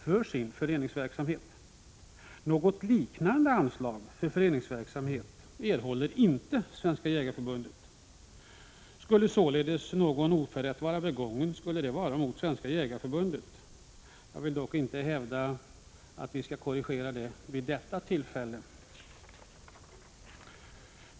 för sin föreningsverksamhet. Något liknande anslag för föreningsverksamhet erhåller inte Svenska jägareförbundet. Skulle således någon oförrätt vara begången, skulle det vara mot Svenska jägareförbundet. Jag vill dock inte hävda att vi vid detta tillfälle skall korrigera det.